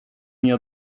nie